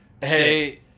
Hey